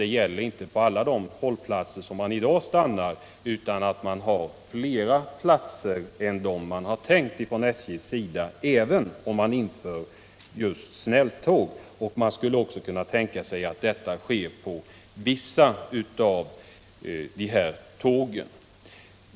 Det gäller inte alla hållplatser där de stannar i dag, utan att det endast blir fler platser än man tänkt sig från SJ:s sida även om man inför just snälltåg. Man skulle också kunna tänka sig att det får gälla vissa av tågen.